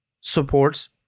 supports